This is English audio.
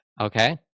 Okay